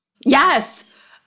Yes